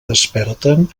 desperten